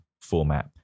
format